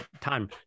Time